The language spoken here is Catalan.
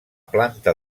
planta